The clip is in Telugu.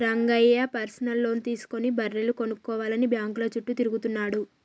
రంగయ్య పర్సనల్ లోన్ తీసుకుని బర్రెలు కొనుక్కోవాలని బ్యాంకుల చుట్టూ తిరుగుతున్నాడు